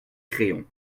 créon